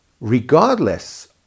Regardless